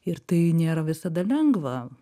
ir tai nėra visada lengva